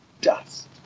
dust